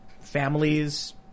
families